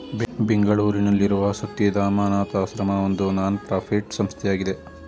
ಬೆಂಗಳೂರಿನಲ್ಲಿರುವ ಶಕ್ತಿಧಾಮ ಅನಾಥಶ್ರಮ ಒಂದು ನಾನ್ ಪ್ರಫಿಟ್ ಸಂಸ್ಥೆಯಾಗಿದೆ